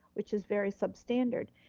which is very substandard,